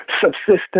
subsistence